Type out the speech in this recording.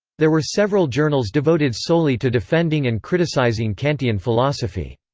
there were several journals devoted solely to defending and criticizing kantian philosophy.